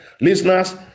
Listeners